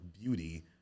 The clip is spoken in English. beauty